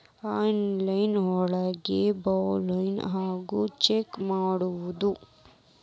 Online ಒಳಗೆ balance ಹ್ಯಾಂಗ check ಮಾಡೋದು?